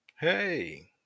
Hey